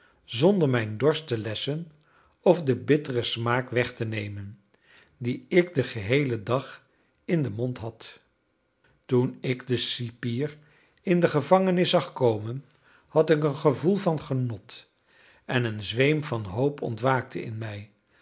zonder mijn dorst te lesschen of den bitteren smaak weg te nemen dien ik den geheelen dag in den mond had toen ik den cipier in de gevangenis zag komen had ik een gevoel van genot en een zweem van hoop ontwaakte in mij